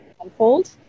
unfold